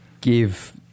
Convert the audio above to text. give